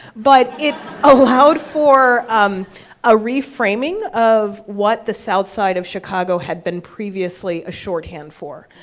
but it allowed for um a reframing of what the south side of chicago had been previously a shorthand for.